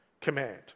command